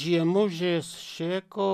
žiemužės šėko